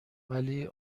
ولی